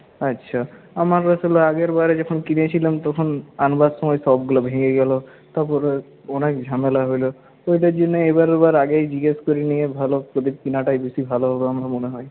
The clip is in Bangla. আচ্ছা আমাকে আগের বারে যখন কিনেছিলাম তখন আনবার সময় সবগুলো ভেঙে গেল তারপরে অনেক ঝামেলা হল এটার জন্য এবারে আবার আগেই জিজ্ঞেস করে নিয়ে ভালো প্রদীপ কেনাটাই বেশি ভালো হবে আমার মনে হয়